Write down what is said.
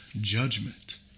judgment